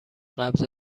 قبض